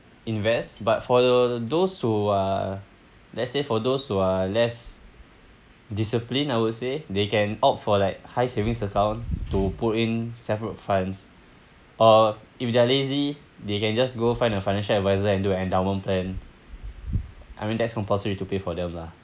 invest but for the those who uh let's say for those who are less disciplined I would say they can opt for like high savings account to put in separate funds or if they're lazy they can just go find a financial advisor and do an endowment plan I mean that's compulsory to pay for them lah